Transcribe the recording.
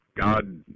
God